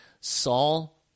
Saul